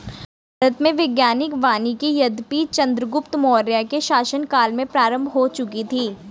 भारत में वैज्ञानिक वानिकी यद्यपि चंद्रगुप्त मौर्य के शासन काल में प्रारंभ हो चुकी थी